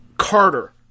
Carter